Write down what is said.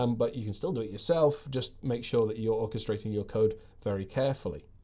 um but you can still do it yourself. just make sure that you're orchestrating your code very carefully.